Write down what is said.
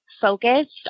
focused